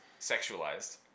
sexualized